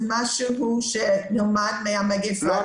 זה משהו שנלמד מהמדינה עצמה.